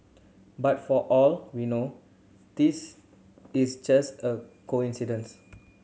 but for all we know this is just a coincidence